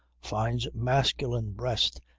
fyne's masculine breast,